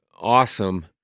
awesome